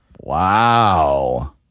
wow